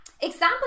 Example